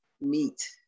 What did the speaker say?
meet